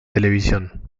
televisión